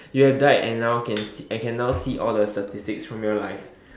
you have died and now can and can now see all the statistics from your life